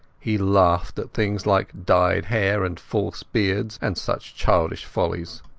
he laughed at things like dyed hair and false beards and such childish follies.